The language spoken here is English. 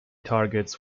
targets